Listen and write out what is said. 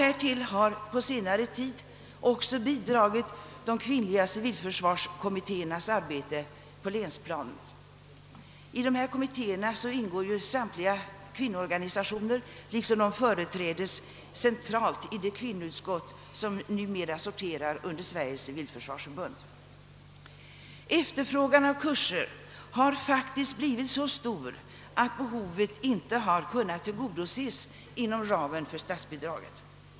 Härtill har på senare tid också bidragit de kvinnliga civilförsvarskommittéernas arbete på länsplanet. I dessa kommittéer ingår nu samtliga kvinnoorganisationer, och de företräds också centralt i det kvinnoutskott som numera sorterar under Sveriges civilförsvarsförbund. Efterfrågan på kurser har faktiskt blivit så stor att behovet inte kunnat tillgodoses inom ramen för statsbidraget.